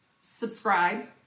subscribe